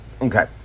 Okay